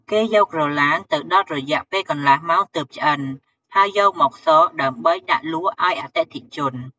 គេយកក្រទ្បានទៅដុតរយៈពេលកន្លះម៉ោងទើបឆ្អិន ហើយយកមកសកដើម្បីដាក់លក់ឱ្យអតិថិជន។